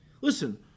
Listen